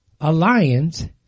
Alliance